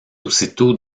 aussitôt